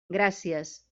gràcies